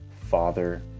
father